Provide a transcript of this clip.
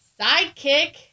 Sidekick